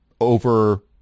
over